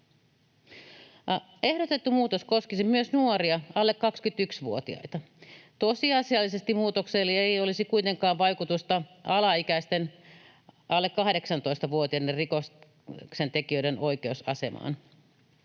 Ehdotettu muutos koskisi myös alle 21-vuotiaita nuoria. Tosiasiallisesti muutoksella ei olisi kuitenkaan vaikutusta alaikäisten alle 18-vuotiaiden rikoksentekijöiden oikeusasemaan.